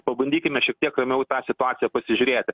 pabandykime šiek tiek ramiau į tą situaciją pasižiūrėti